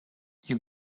you